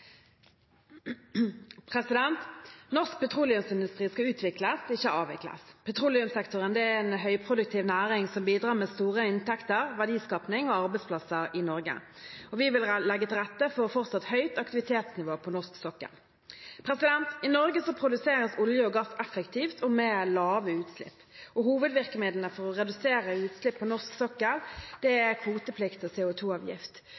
Norsk petroleumsindustri skal utvikles, ikke avvikles. Petroleumssektoren er en høyproduktiv næring som bidrar med store inntekter, verdiskaping og arbeidsplasser i Norge. Vi vil legge til rette for fortsatt høyt aktivitetsnivå på norsk sokkel. I Norge produseres olje og gass effektivt og med lave utslipp. Hovedvirkemidlene for å redusere utslipp på norsk sokkel er kvoteplikt og